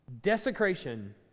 Desecration